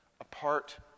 apart